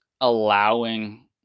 allowing